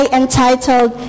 entitled